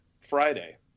Friday